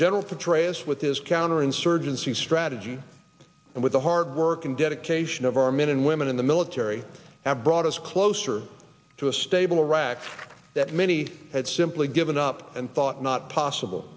general petraeus with his counterinsurgency strategy and with the hard work and dedication of our men and women in the military have brought us closer to a stable iraq that many had simply given up and thought not possible